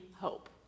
Hope